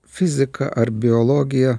fizika ar biologija